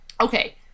okay